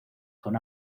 con